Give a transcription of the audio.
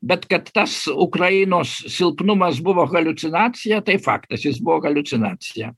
bet kad tas ukrainos silpnumas buvo haliucinacija tai faktas jis buvo haliucinacija